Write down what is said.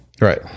right